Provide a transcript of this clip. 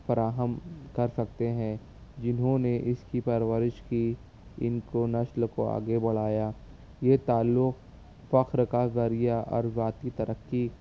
فراہم کر سکتے ہیں جنہوں نے اس کی پرورش کی ان کو نسل کو آگے بڑھایا یہ تعلق فخر کا ذریعہ اور ذاتی ترقی